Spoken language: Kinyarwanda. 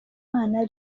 mana